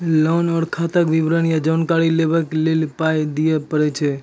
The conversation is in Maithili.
लोन आर खाताक विवरण या जानकारी लेबाक लेल पाय दिये पड़ै छै?